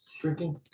Drinking